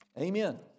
Amen